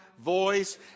voice